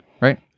right